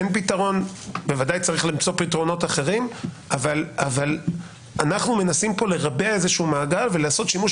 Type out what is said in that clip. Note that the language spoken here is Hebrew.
בוודאי צריך למצוא פתרונות אחרים אבל אנחנו מנסים לרבע מעגל ולעשות שימוש